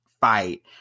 fight